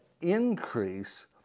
increase